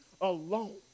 alone